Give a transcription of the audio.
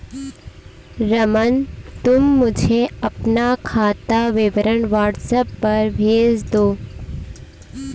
रमन, तुम मुझे अपना खाता विवरण व्हाट्सएप पर भेज दो